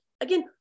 again